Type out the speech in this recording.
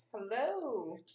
Hello